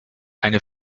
eine